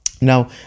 Now